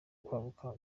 kwaguka